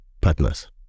partners